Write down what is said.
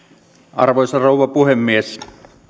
arvoisa rouva puhemies